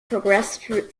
progressed